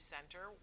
Center